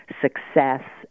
success